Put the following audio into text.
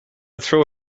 throw